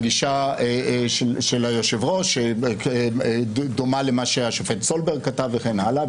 הגישה של היושב-ראש דומה למה שהשופט סולברג וכן הלאה,